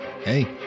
Hey